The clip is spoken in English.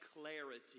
clarity